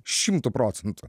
šimtu procentų